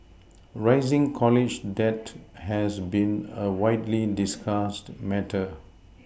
rising college debt has been a widely discussed matter